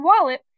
wallet